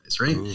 right